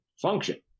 function